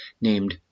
named